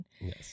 Yes